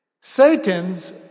Satan's